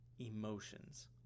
emotions